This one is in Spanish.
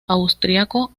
austriaco